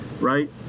right